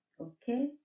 okay